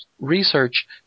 research